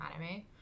anime